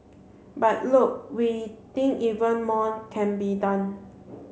but look we think even more can be done